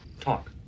Talk